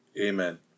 Amen